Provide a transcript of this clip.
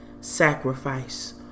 sacrifice